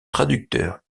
traducteur